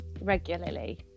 regularly